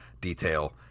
detail